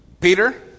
Peter